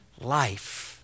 life